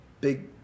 Big